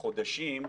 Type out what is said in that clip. חודשים,